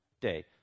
day